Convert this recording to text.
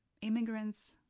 immigrants